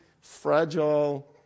fragile